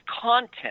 content